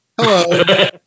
Hello